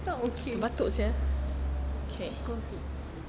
tak okay COVID